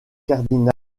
cardinals